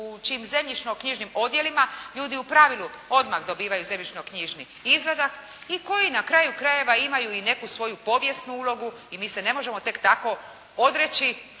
u čijim zemljišno-knjižnim odjelima ljudi u pravilu odmah dobivaju zemljišno-knjižni izvadak i koji na kraju krajeva imaju i neku svoju povijesnu ulogu i mi se ne možemo tek tako odreći